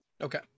Okay